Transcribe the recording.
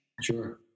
sure